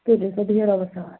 تُلِو سا بہِو رۄبَس حولہٕ